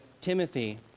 Timothy